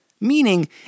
meaning